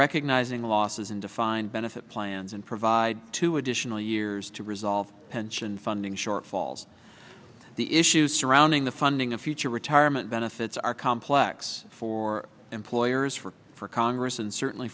recognizing the losses in defined benefit plans and provide two additional years to resolve pension funding shortfalls the issues surrounding the funding of future retirement benefits are complex for employers for for congress and certainly